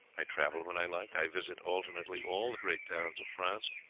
i travel when i like i visit alternately all the great towns of france,